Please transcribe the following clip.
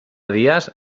dies